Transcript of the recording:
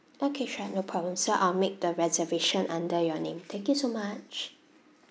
okay sure no problem so I'll make the reservation under your name thank you so much